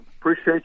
appreciate